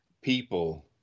people